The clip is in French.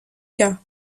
cas